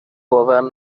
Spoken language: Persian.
باور